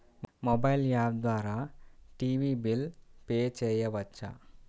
Mobile app ద్వారా TV bill pay చేయవచ్చా?